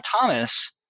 Thomas